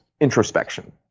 introspection